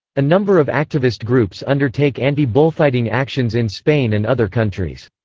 a number of activist groups undertake anti-bullfighting actions in spain and other countries.